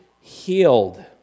healed